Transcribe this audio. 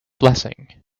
blessing